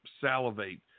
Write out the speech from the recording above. salivate